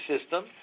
system